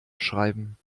schreiben